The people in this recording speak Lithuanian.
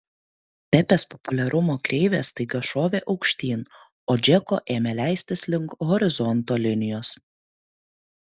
pepės populiarumo kreivė staiga šovė aukštyn o džeko ėmė leistis link horizonto linijos